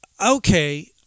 Okay